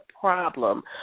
problem